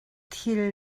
thil